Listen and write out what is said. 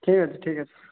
ଠିକ୍ ଅଛି ଠିକ୍ ଅଛି